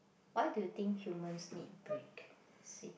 why do you think humans need break see